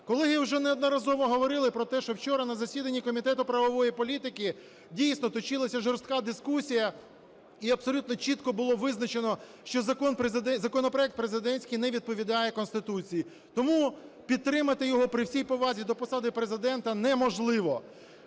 Колеги вже неодноразово говорили про те, що вчора на засіданні Комітету правової політики, дійсно, точилася жорстка дискусія і абсолютно чітко було визначено, що законопроект президентський не відповідає Конституції. Тому підтримати його, при всій повазі до посади Президента, неможливо.